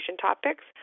topics